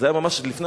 זה היה ממש לפני